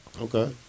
Okay